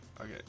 Okay